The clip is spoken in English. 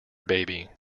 baby